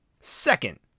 Second